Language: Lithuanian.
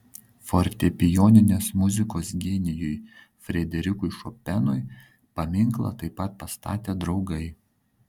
fortepijoninės muzikos genijui frederikui šopenui paminklą taip pat pastatė draugai